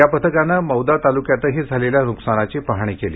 या पथकानं मौदा तालुक्यातही झालेल्या नुकसानाची पाहणी केली